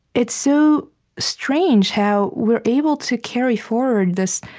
it's so strange how we're able to carry forward this